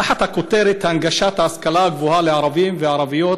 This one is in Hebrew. תחת הכותרת "הנגשת ההשכלה הגבוהה לערבים וערביות"